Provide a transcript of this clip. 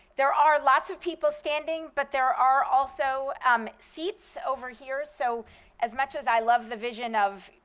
there are lots of people standing, but there are also um seats over here, so as much as i love the vision of